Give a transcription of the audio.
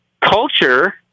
Culture